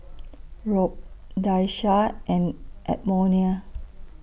Rob Daisha and Edmonia